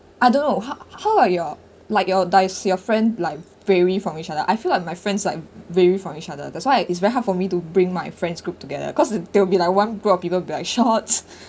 I don't know how how like your like your does your friend like vary from each other I feel like my friends like vary from each other that's why I it's very hard for me to bring my friends group together cause it there will be like one group of people black shots